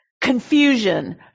confusion